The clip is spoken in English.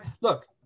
look